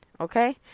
okay